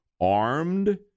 armed